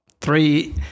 three